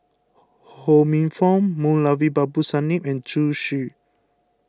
Ho Minfong Moulavi Babu Sahib and Zhu Xu